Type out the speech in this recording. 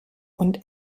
und